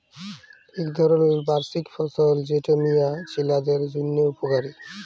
ইক ধরলের বার্ষিক ফসল যেট মিয়া ছিলাদের জ্যনহে উপকারি